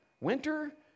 Winter